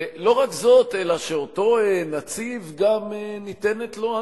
לא רק זאת, אלא שאותו נציב גם ניתנת לו הנבואה,